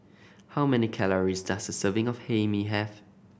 how many calories does a serving of Hae Mee have